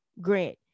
Grant